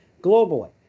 globally